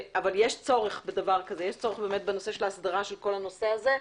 אבל יש צורך באסדרה של כל הנושא הזה.